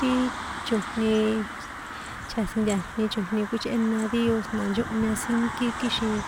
Ti chojni chjasintajni chojni kjuíchꞌena díos la nchónhña sínkí kixin